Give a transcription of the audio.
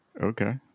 Okay